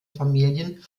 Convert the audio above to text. familienangehörigen